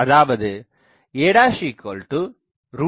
அதாவது a30230h